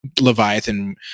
Leviathan